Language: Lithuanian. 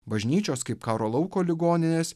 bažnyčios kaip karo lauko ligoninės